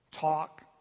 talk